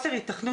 חדש.